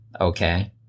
okay